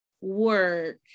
work